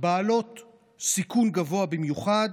בעלות סיכון גבוה במיוחד,